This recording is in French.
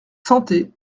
santé